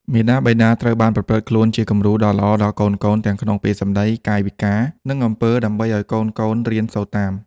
មាតាបិតាត្រូវប្រព្រឹត្តខ្លួនជាគំរូដ៏ល្អដល់កូនៗ ទាំងក្នុងពាក្យសម្ដី កាយវិការ និងអំពើ ដើម្បីឲ្យកូនៗរៀនសូត្រតាម។